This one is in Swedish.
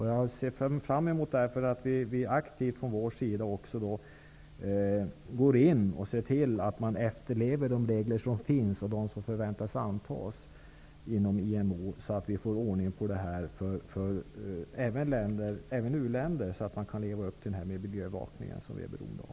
Jag ser fram emot att vi aktivt ser till att man efterlever de regler som finns och de som förväntas antas inom IMO, så att vi får ordning på detta även i uländerna. Då kan man leva upp till den miljöbevakning som vi är beroende av.